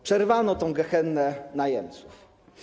Przerwano tę gehennę najemców.